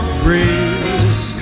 breeze